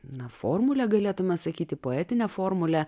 na formulė galėtume sakyti poetinė formulė